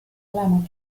olema